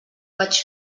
vaig